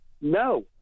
No